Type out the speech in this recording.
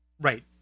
Right